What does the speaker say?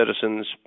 citizens